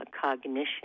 Cognition